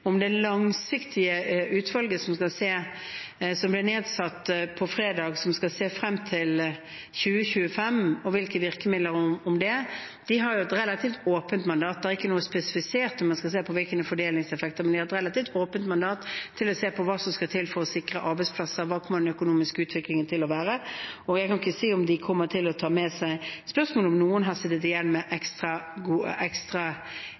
Det langsiktige utvalget som ble nedsatt på fredag, som skal se på virkemidler frem til 2025, har et relativt åpent mandat. Det er ikke spesifisert at de skal se på ulike fordelingseffekter, men de har et relativt åpent mandat til å se på hva som skal til for å sikre arbeidsplasser, og hvordan den økonomiske utviklingen kommer til å være. Jeg kan ikke si om de kommer til å ta med seg spørsmålet om noen har sittet igjen med